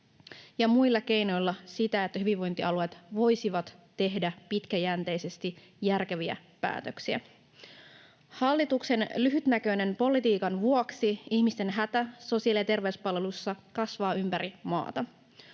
ja muilla keinoilla sitä, että hyvinvointialueet voisivat tehdä pitkäjänteisesti järkeviä päätöksiä. Hallituksen lyhytnäköisen politiikan vuoksi ihmisten hätä sosiaali- ja terveyspalveluissa kasvaa ympäri maata.